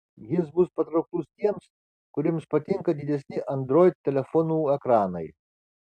jis bus patrauklus tiems kuriems patinka didesni android telefonų ekranai